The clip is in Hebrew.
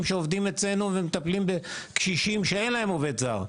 שעובדים אצלנו ומטפלים בקשישים שאין להם עובד זר.